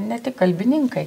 ne tik kalbininkai